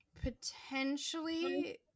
potentially